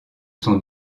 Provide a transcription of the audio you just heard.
son